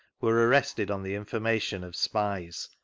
were arrested on the information of spies,